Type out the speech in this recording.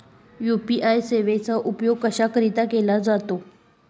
UPI सेवेचा उपयोग कशाकरीता केला जातो?